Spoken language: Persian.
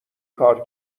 کار